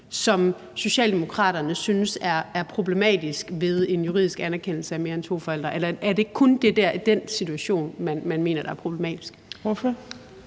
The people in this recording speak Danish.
som Socialdemokraterne synes er problematisk ved en juridisk anerkendelse af mere end to forældre, eller er det kun den situation, man mener er problematisk? Kl.